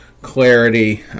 clarity